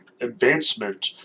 advancement